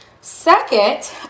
Second